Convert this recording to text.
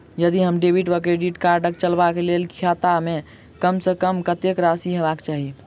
यदि डेबिट वा credit card चलबाक कऽ लेल खाता मे कम सऽ कम कत्तेक राशि हेबाक चाहि?